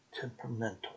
temperamental